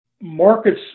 Markets